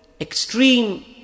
extreme